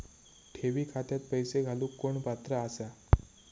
ठेवी खात्यात पैसे घालूक कोण पात्र आसा?